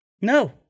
No